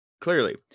Clearly